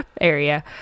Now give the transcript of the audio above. area